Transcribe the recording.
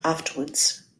afterwards